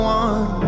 one